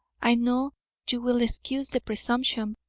i know you will excuse the presumption,